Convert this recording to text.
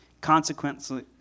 Consequently